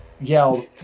yelled